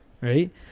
Right